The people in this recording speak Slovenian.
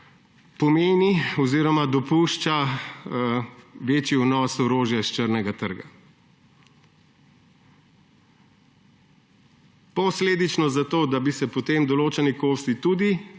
pomeni oziroma dopušča večji vnos orožja s črnega trga. Posledično zato, da bi se potem določeni kosi tudi